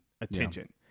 attention